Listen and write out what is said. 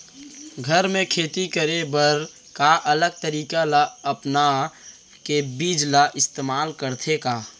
घर मे खेती करे बर का अलग तरीका ला अपना के बीज ला इस्तेमाल करथें का?